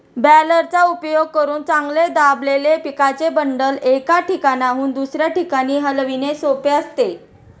बॅलरचा उपयोग करून चांगले दाबलेले पिकाचे बंडल, एका ठिकाणाहून दुसऱ्या ठिकाणी हलविणे सोपे असते